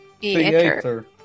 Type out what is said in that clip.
Theater